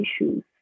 issues